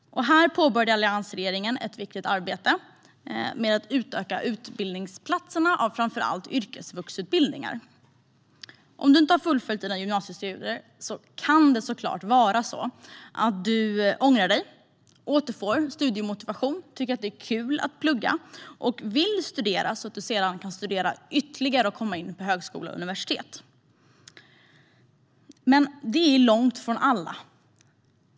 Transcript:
Här påbörjade alliansregeringen ett viktigt arbete med att utöka utbildningsplatserna på framför allt yrkesvuxutbildningar. Om man inte har fullföljt sina gymnasiestudier kan det vara så att man ångrar sig. Sedan kan man återfå sin studiemotivation och tycker att det är kul att plugga för att sedan komma in på högskola eller universitet. Men det gäller långt ifrån alla.